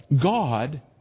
God